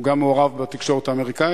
הוא גם מעורב בתקשורת האמריקנית,